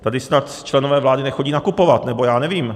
Tady snad členové vlády nechodí nakupovat, nebo já nevím.